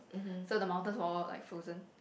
so the mountains were all like frozen